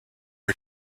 are